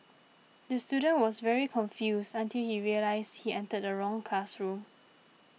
the student was very confused until he realised he entered the wrong classroom